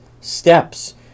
steps